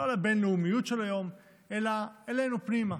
לא על הבין-לאומיות של היום אלא עלינו פנימה,